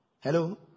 Hello